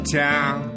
town